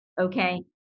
Okay